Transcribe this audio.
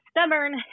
stubborn